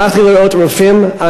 שמחתי לראות רופאים,